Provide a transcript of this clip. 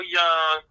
young